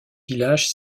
village